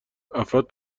افراد